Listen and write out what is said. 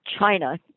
China